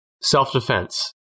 self-defense